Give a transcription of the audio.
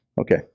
Okay